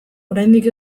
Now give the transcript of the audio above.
oraindik